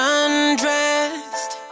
undressed